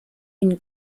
une